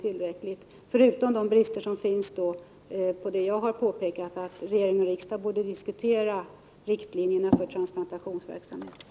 Därtill kommer de brister som jag påpekat, nämligen att regering och riksdag borde diskutera riktlinjerna för transplantationsverksamheten.